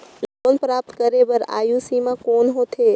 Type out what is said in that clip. Loan प्राप्त करे बर आयु सीमा कौन होथे?